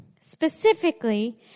Specifically